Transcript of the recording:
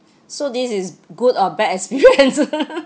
so this is good or bad experience